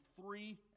three